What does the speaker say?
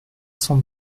cent